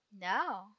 No